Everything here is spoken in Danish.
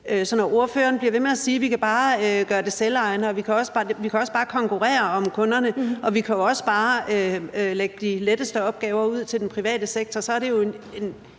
så når ordføreren bliver ved med at sige, at vi bare kan gøre det selvejende, at man også bare kan konkurrere om kunderne, og at vi også bare kan lægge de letteste opgaver ud til den private sektor, så er det jo i